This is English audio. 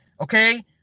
Okay